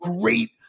great